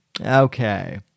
Okay